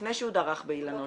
לפני שהוא דרך באילנות,